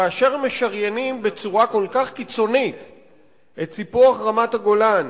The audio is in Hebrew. כאשר משריינים בצורה כל כך קיצונית את סיפוח רמת-הגולן